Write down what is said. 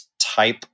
type